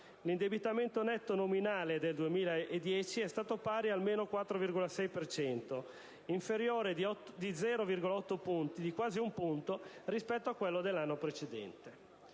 L'indebitamento netto nominale del 2010 è stato pari a meno 4,6 per cento, inferiore di 0,8 punti percentuali rispetto a quello dell'anno precedente.